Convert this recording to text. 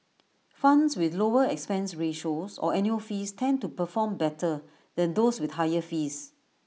funds with lower expense ratios or annual fees tend to perform better than those with higher fees